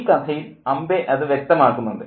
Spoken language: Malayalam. ഈ കഥയിൽ അംബൈ അത് വ്യക്തമാക്കുന്നുണ്ട്